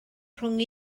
rhwng